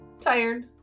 tired